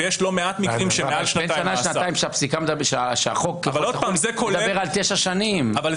ויש לא מעט מקרים שהם מעל שנתיים מאסר.